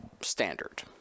standard